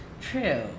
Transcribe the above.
True